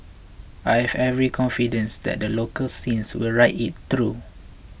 I have every confidence that the local scene will ride it through